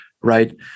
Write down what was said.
right